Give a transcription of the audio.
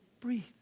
breathe